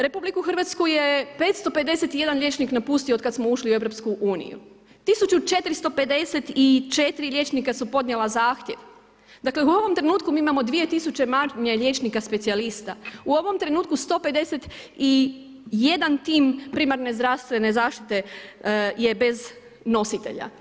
RH je 551 liječnik napustio od kada smo ušli u EU, 1454 liječnika su podnijela zahtjev, dakle u ovom trenutku mi imamo 2 tisuće manje liječnika specijalista, u ovom trenutku 151 tim primarne zdravstvene zaštite je bez nositelja.